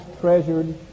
treasured